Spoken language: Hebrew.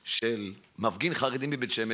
של מפגין חרדי מבית שמש